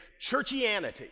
churchianity